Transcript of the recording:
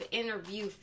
interview